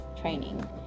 training